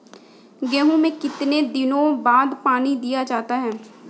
गेहूँ में कितने दिनों बाद पानी दिया जाता है?